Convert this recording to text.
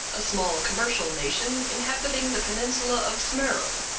a small commercial nation inhabiting the peninsula of smero.